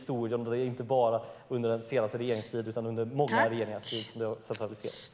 Det är inte bara under den senaste regeringens tid utan under många regeringars tid som det har centraliserats.